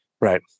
Right